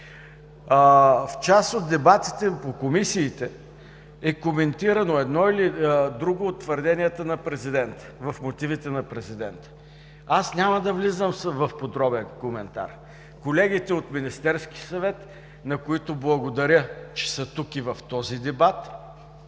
В част от дебатите в комисиите е коментирано едно или друго от твърденията на президента, в мотивите на президента. Аз няма да влизам в подробен коментар. Колегите от Министерския съвет, на които благодаря, че са тук и в този дебат,